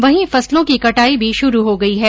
वही फसलो की कटाई भी शुरू हो गई है